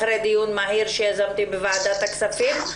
אחרי דיון מהיר שיזמתי בוועדת הכספים,